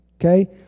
Okay